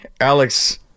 Alex